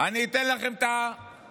אני אתן לכם את החליפה.